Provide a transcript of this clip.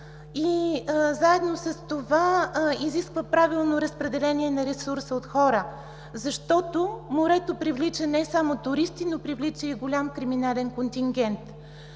и заедно с това изисква правилно разпределение на ресурса от хора, защото морето привлича не само туристи, но привлича и голям криминален контингент.